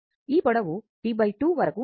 ఈ పొడవు T 2 వరకు ఉంటుంది